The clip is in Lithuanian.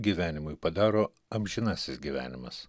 gyvenimui padaro amžinasis gyvenimas